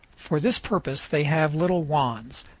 for this purpose they have little wands,